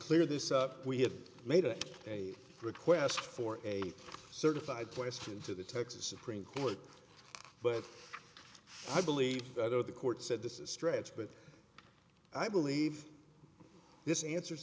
clear this up we have made a request for a certified question to the texas supreme court but i believe the court said this is a stretch but i believe this answers